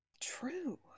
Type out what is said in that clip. True